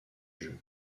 jeu